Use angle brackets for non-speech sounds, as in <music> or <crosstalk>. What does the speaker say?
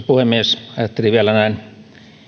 <unintelligible> puhemies ajattelin vielä näin